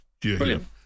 Brilliant